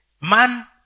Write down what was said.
man